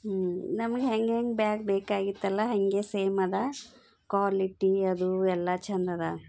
ಹ್ಞೂ ನಮಗೆ ಹೆಂಗೆಂಗೆ ಬ್ಯಾಗ್ ಬೇಕಾಗಿತ್ತಲ್ಲ ಹಂಗೆ ಸೇಮ್ ಅದ ಕ್ವಾಲಿಟಿ ಅದು ಎಲ್ಲ ಛಂದದ